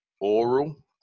oral